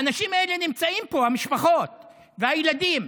האנשים האלה נמצאים פה, המשפחות והילדים.